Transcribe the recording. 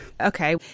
Okay